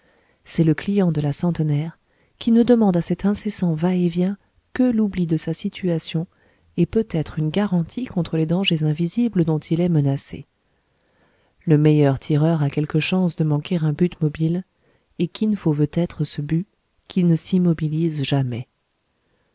c'est le client de la centenaire qui ne demande à cet incessant va-et-vient que l'oubli de sa situation et peut-être une garantie contre les dangers invisibles dont il est menacé le meilleur tireur a quelque chance de manquer un but mobile et kin fo veut être ce but qui ne s'immobilise jamais